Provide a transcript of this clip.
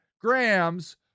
grams